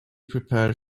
prepared